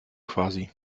quasi